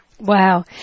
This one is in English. Wow